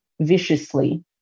viciously